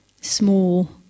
small